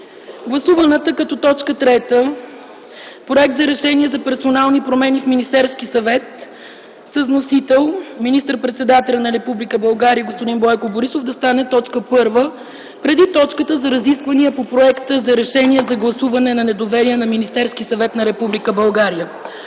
гласуваната като точка трета – Проект за Решение за персонални промени в Министерския съвет с вносител министър-председателят на Република България господин Бойко Борисов, да стане точка първа, преди точката за разисквания по проекта за Решение за гласуване на недоверие на Министерския съвет на Република България.